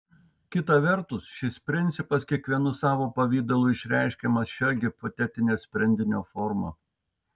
kita vertus šis principas kiekvienu savo pavidalu išreiškiamas šia hipotetine sprendinio forma